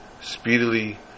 speedily